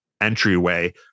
entryway